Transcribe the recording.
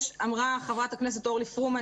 אמרה חברת הכנסת אורלי פרומן,